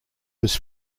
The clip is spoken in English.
was